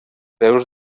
peus